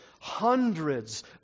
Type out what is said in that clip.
hundreds